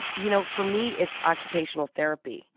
you know, for me, it's occupational therapy.